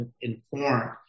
informed